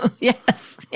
Yes